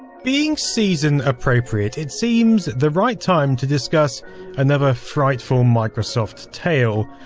being season appropriate, it seems the right time to discuss another frightful microsoft tale,